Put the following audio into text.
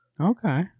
Okay